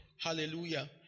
Hallelujah